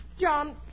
John